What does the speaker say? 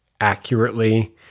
accurately